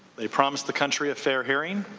they promised the country a fair hearing,